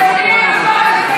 אורח חיים,